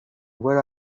where